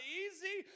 easy